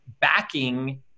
backing